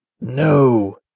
No